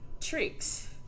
tricks